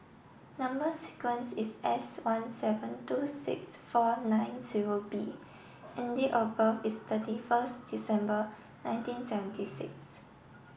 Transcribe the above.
number sequence is S one seven two six four nine zero B and date of birth is thirty first December nineteen seventy six